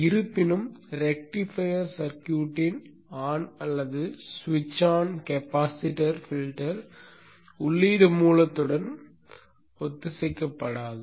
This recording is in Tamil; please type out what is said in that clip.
இருப்பினும் ரெக்டிஃபையர் சர்க்யூட்டின் ஆன் அல்லது ஸ்விட்ச் ஆன் கேபாசிட்டர் ஃபில்டர் உள்ளீடு மூலத்துடன் ஒத்திசைக்கப்படாது